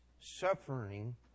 suffering